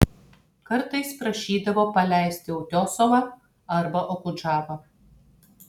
kartais prašydavo paleisti utiosovą arba okudžavą